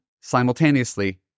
simultaneously